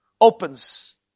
Opens